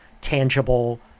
tangible